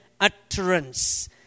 utterance